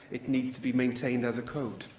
it needs to be maintained as a code,